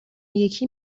یکی